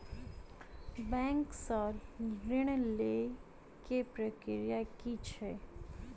Bank सऽ ऋण लेय केँ प्रक्रिया की छीयै?